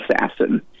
Assassin